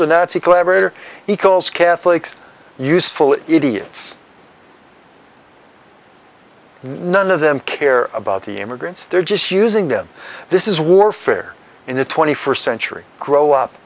the nazi collaborator he calls catholics useful idiots none of them care about the immigrants they're just using them this is warfare in the twenty first century grow up